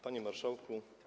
Panie Marszałku!